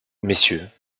messieurs